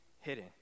hidden